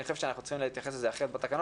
אני חושב שאנחנו צריכים להתייחס לזה אחרת בתקנות.